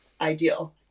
ideal